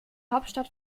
hauptstadt